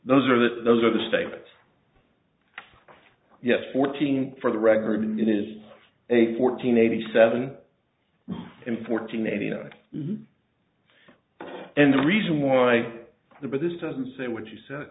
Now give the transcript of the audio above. those are the those are the statements yes fourteen for the record remit is a fourteen eighty seven in fourteen eighteen or in the reason why the but this doesn't say what you said